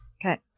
Okay